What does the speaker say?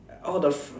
all the